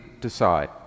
decide